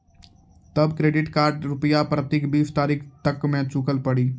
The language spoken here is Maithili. तब क्रेडिट कार्ड के रूपिया प्रतीक बीस तारीख तक मे चुकल पड़ी?